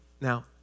now